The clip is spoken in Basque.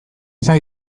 izan